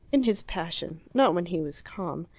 in his passion. not when he was calm.